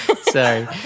Sorry